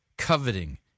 Coveting